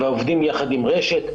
ועובדים יחד עם רשת,